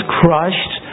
crushed